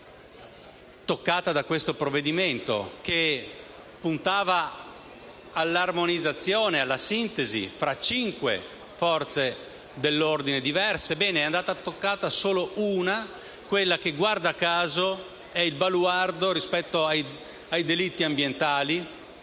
toccata da questo provvedimento, che puntava all'armonizzazione e alla sintesi tra cinque forze dell'ordine diverse. Ebbene, ne hanno toccata solo una, quella che - guarda caso - è il baluardo rispetto ai delitti ambientali,